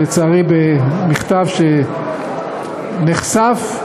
לצערי במכתב שנחשף,